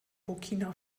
burkina